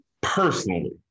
personally